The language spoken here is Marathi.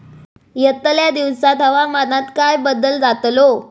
यतल्या दिवसात हवामानात काय बदल जातलो?